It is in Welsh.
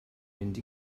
mynd